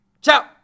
Ciao